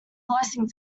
blessing